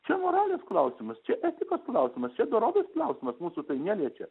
čia moralės klausimas čia etikos klausimas čia dorovės klausimas mūsų tai neliečia